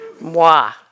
Moi